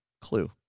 clue